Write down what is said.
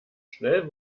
schnell